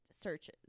searches